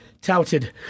touted